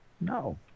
No